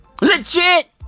Legit